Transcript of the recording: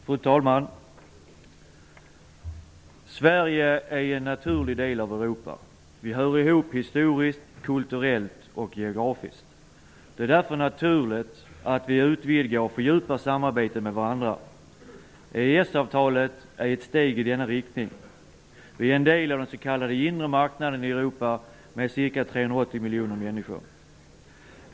Fru talman! Sverige är en naturlig del av Europa. Vårt land hör ihop historiskt, kulturellt och geografiskt med det övriga Europa. Det är därför naturligt att vi utvidgar och fördjupar samarbetet med varandra. EES-avtalet är ett steg i denna riktning. Vi är en del av den s.k. inre marknaden i Europa med ca 380 miljoner människor.